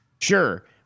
Sure